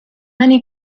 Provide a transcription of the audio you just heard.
many